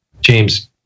james